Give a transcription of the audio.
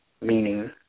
Meaning